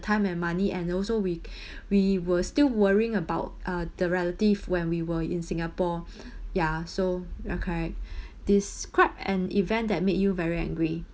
time and money and also we we were still worrying about uh the relative when we were in singapore ya so ya correct describe an event that make you very angry